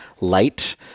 light